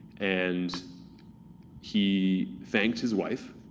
and he thanked his wife,